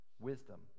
Wisdom